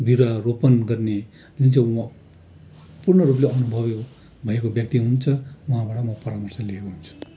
बिरुवा रोपन गर्ने जुन चाहिँ पूर्ण रूपले अनुभवी भएको व्यक्ति हुन्छ उहाँबाट म परामर्श लिएको हुन्छु